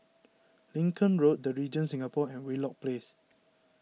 Lincoln Road the Regent Singapore and Wheelock Place